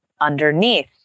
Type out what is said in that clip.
underneath